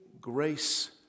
grace